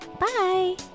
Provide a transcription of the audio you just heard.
Bye